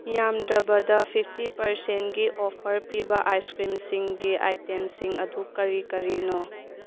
ꯌꯥꯝꯗ꯭ꯔꯕꯗ ꯐꯤꯞꯇꯤ ꯄꯥꯔꯁꯦꯟꯒꯤ ꯑꯣꯐꯔ ꯄꯤꯕ ꯑꯥꯏꯁ ꯀ꯭ꯔꯤꯝꯁꯤꯡꯒꯤ ꯑꯥꯏꯇꯦꯝꯁꯤꯡ ꯑꯗꯨ ꯀꯔꯤ ꯀꯔꯤꯅꯣ